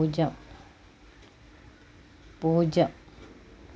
പൂജ്യം പൂജ്യം